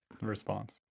response